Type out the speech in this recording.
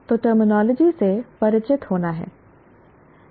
तो टर्मिनोलॉजी से परिचित होना है